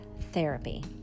therapy